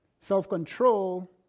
self-control